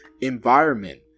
environment